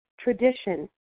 tradition